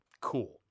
Cool